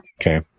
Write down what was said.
Okay